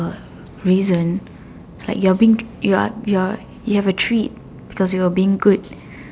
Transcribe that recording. reason like you are being you are you are you have a treat cause you are being good